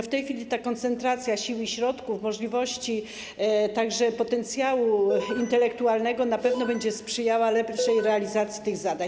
W tej chwili ta koncentracja sił i środków, możliwości, także potencjału intelektualnego na pewno będzie sprzyjała lepszej realizacji tych zadań.